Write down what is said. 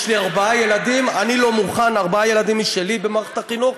יש לי ארבעה ילדים משלי במערכת החינוך,